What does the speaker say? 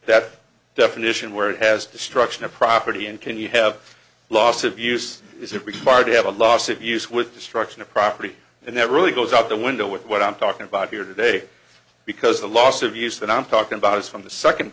that definition where it has destruction of property and can you have loss of use is it really hard to have a loss of use with destruction of property and that really goes out the window with what i'm talking about here today because the loss of use that i'm talking about is from the second